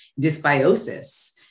dysbiosis